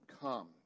come